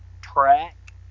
track